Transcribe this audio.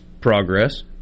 progress